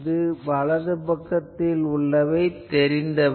இதில் வலது பக்கத்தில் உள்ளது தெரிந்தவை